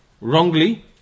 wrongly